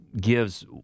gives